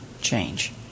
change